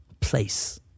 place